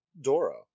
Dora